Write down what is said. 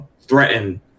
Threaten